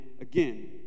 again